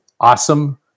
awesome